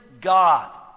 God